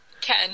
Ken